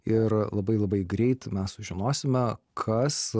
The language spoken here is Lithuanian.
ir labai labai greit mes sužinosime kas